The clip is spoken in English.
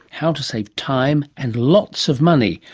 how to save time and lots of money,